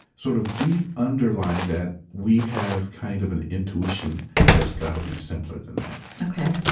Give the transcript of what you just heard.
sort of deep underlying that, we have kind of an intuition that it's got to be simpler than that ok.